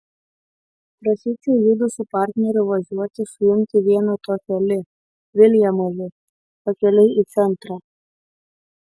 prašyčiau judu su partneriu važiuoti suimti vieno tokio li viljamo li pakeliui į centrą